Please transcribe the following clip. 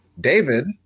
David